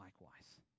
likewise